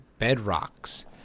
bedrocks